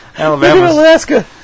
Alaska